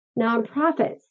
Nonprofits